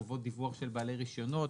חובות דיווח של בעלי רישיונות,